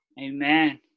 Amen